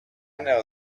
know